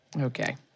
Okay